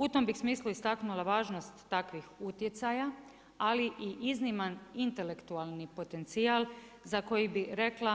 U tom bi smislu istaknula važnost takvih utjecaja, ali i izniman intelektualni potencijal za koji bi rekla